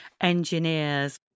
engineers